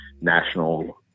national